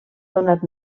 donat